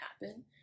happen